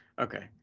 Okay